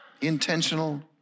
Intentional